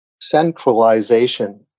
centralization